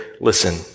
listen